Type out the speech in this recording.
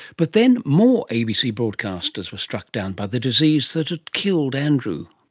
but then, more abc broadcasters were struck down by the disease that had killed andrew,